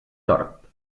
tort